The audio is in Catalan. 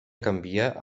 canviar